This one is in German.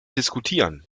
diskutieren